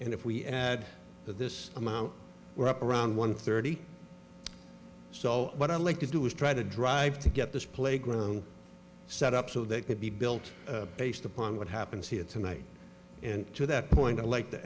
nine if we add to this amount were up around one thirty so what i'd like to do is try to drive to get this playground set up so they could be built based upon what happens here tonight and to that point i'd like to